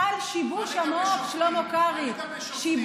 חל שיבוש עמוק, שלמה קרעי, מה לגבי שופטים?